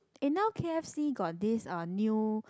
eh now k_f_c got this uh new